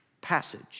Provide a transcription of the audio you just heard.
passage